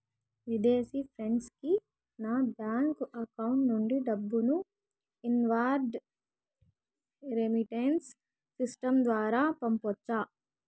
విదేశీ ఫ్రెండ్ కి నా బ్యాంకు అకౌంట్ నుండి డబ్బును ఇన్వార్డ్ రెమిట్టెన్స్ సిస్టం ద్వారా పంపొచ్చా?